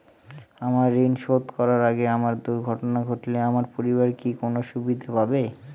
আমার ঋণ শোধ করার আগে আমার দুর্ঘটনা ঘটলে আমার পরিবার কি কোনো সুবিধে পাবে?